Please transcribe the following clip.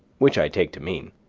which i take to mean